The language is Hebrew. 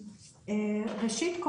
ראשית,